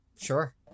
Sure